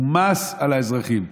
הוא מס על האזרחים.